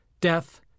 death